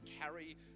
carry